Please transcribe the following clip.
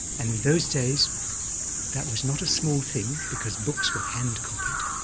and in those days that was not a small thing because books were hand-copied,